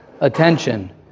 attention